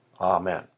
Amen